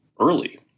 early